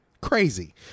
Crazy